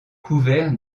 couvert